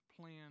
plan